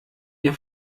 ihr